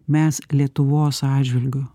mes lietuvos atžvilgiu